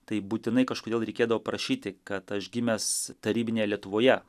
tai būtinai kažkodėl reikėdavo prašyti kad aš gimęs tarybinėje lietuvoje